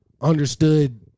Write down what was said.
understood